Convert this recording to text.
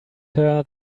her